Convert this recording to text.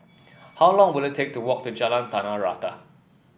how long will it take to walk to Jalan Tanah Rata